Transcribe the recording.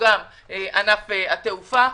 נציגים מענף התעופה,